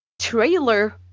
trailer